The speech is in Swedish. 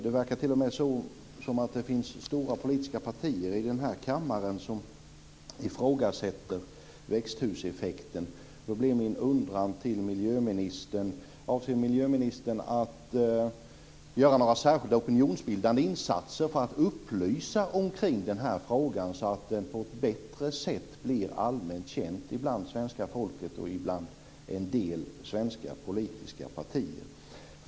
Det verkar t.o.m. som att det finns stora politiska partier i denna kammare som ifrågasätter växthuseffekten. Avser miljöministern att göra några särskilda opinionsbildande insatser för att upplysa omkring denna fråga, så att den på ett bättre sätt blir allmänt känd bland svenska folket och hos en del svenska politiska partier?